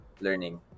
learning